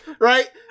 right